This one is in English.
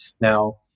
Now